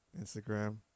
Instagram